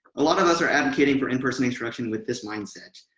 a lot of us are advocating for in-person instruction with this mindset.